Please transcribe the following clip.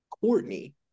Courtney